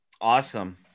Awesome